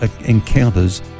encounters